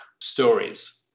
stories